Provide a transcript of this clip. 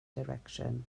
direction